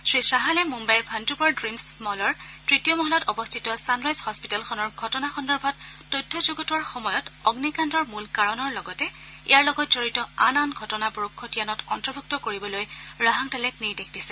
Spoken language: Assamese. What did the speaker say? শ্ৰীচাহালে মুন্নাইৰ ভাণ্ডুপৰ ড়ীমছ মলৰ তৃতীয় মহলাত অৱস্থিত ছানৰাইজ হস্পিতালখনৰ ঘটনা সন্দৰ্ভত তথ্য যুগুতোৱাৰ সময়ত অগ্নিকাণ্ডৰ মূল কাৰণৰ লগতে ইয়াৰ লগত জড়িত আন আন ঘটনাবোৰো খতিয়ানত অন্তৰ্ভুক্ত কৰিবলৈ ৰাহাংদালেক নিৰ্দেশ দিছে